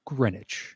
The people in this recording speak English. Greenwich